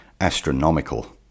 astronomical